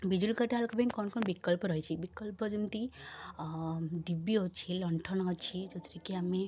ବିଜୁଳି କଟାଳିଙ୍କପାଇଁ କ'ଣ ସବୁ ବିକଳ୍ପ ରହିଛି ବିକଳ୍ପ ଯେମିତି ଡିବି ଅଛି ଲଣ୍ଠନ ଅଛି ଯେଉଁଥିରେକି ଆମେ